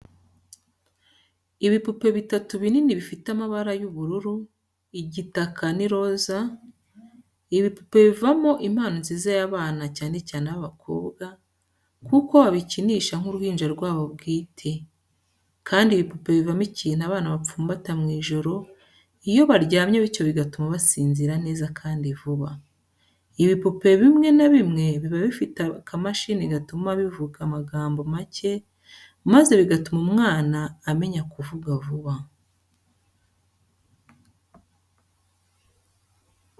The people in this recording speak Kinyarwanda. Ibipupe bitatu binini bifite amabara ubururu, igitaka n'iroza, ibipupe bivamo impano nziza y'abana cyane cyane ab'abakobwa kuko bagikinisha nk'uruhinja rwabo bwite, kandi ibipupe bivamo ikintu abana bapfumbata mu ijoro iyo baryamye bityo bigatuma basinzira neza kandi vuba, ibipupe bimwe na bimwe biba bifite akamashini gatuma bivuga amagambo make maze bigatuma umwana amenya kuvuga vuba.